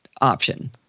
option